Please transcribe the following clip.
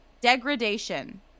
Degradation